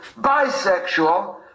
bisexual